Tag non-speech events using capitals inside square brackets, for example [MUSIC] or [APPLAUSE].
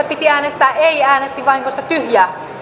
[UNINTELLIGIBLE] piti äänestää ei äänestin vahingossa tyhjää